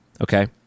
Okay